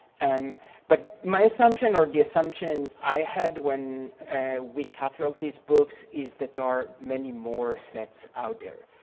and but my assumption or the assumption i had when we catalogued these books is that there are many more sets out there.